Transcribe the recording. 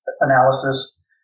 analysis